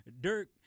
Dirk –